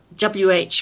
WH